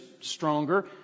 stronger